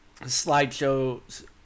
slideshows